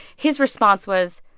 his response was,